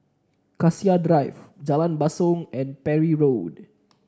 Cassia Drive Jalan Basong and Parry Road